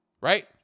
Right